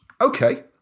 Okay